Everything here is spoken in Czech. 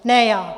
Ne já.